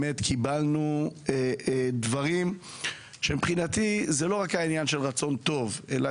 קיבלנו דברים שמבחינתי זה לא רק העניין של רצון טוב אלא